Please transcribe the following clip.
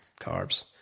carbs